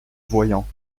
voyant